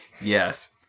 yes